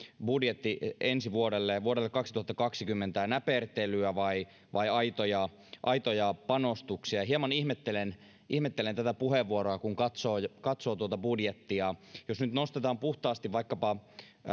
budjetti ensi vuodelle vuodelle kaksituhattakaksikymmentä näpertelyä vai vai aitoja aitoja panostuksia hieman ihmettelen ihmettelen tätä puheenvuoroa kun katsoo tuota budjettia jos nyt nostetaan puhtaasti vaikkapa